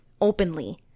openly